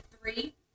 Three